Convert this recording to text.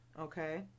okay